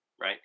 right